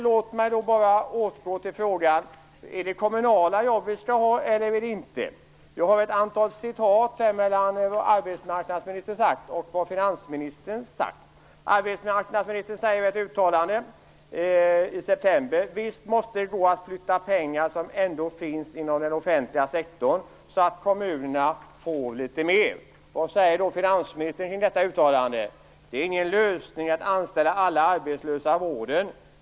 Låt mig återgå till frågan om det är kommunala jobb eller inte vi skall ha. Jag har ett antal utdrag ur vad arbetsmarknadsministern och finansministern har sagt. Arbetsmarknadsministern sade i ett uttalande i september att det visst måste gå att flytta pengar som ändå finns inom den offentliga sektorn så att kommunerna får litet mer. Vad säger då finansministern om detta uttalande? Jo, att det inte är någon lösning att anställa alla arbetslösa i vården.